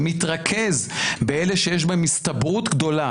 ומתרכז באלה שיש בהם הסתברות גדולה